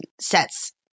sets